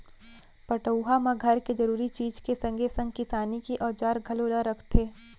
पटउहाँ म घर के जरूरी चीज के संगे संग किसानी के औजार घलौ ल रखथे